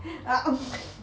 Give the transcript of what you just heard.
ah